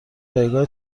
جایگاه